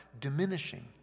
diminishing